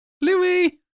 Louis